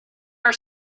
are